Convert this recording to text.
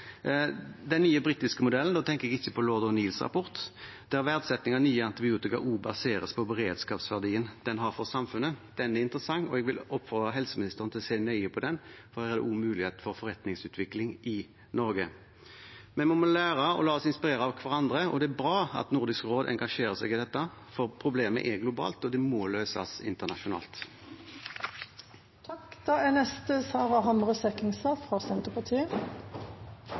Den nye britiske modellen – da tenker jeg ikke på Lord O’Neills rapport – der verdsetting av nye antibiotika også baseres på beredskapsverdien den har for samfunnet, er interessant, og jeg vil oppfordre helseministeren til å se nøye på den, for der er det også mulighet for forretningsutvikling i Norge. Vi må lære og la oss inspirere av hverandre. Det er bra at Nordisk råd engasjerer seg i dette, for problemet er globalt, og det må løses internasjonalt. Antibiotikaresistens er